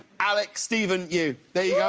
alec, stephen, you. there yeah